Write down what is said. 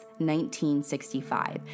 1965